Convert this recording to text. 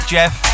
Jeff